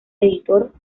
editor